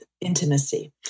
intimacy